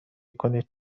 کنید